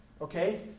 okay